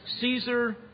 Caesar